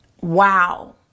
Wow